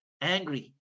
angry